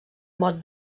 mot